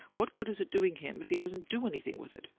what good is it doing him if he doesn't do anything with it?